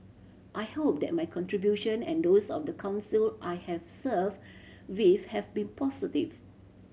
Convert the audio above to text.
I hope that my contribution and those of the Council I have served with have been positive